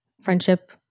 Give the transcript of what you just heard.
friendship